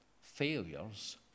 failures